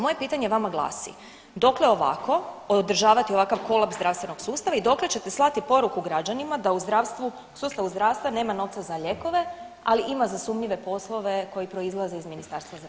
Moje pitanje vama glasi, dokle ovako, održavati ovakav kolaps zdravstvenog sustava i dokle ćete slati poruku građanima da u zdravstvu, sustavu zdravstva nema novca za lijekove, ali ima za sumnjive poslove koji proizlaze iz Ministarstva zdravstva?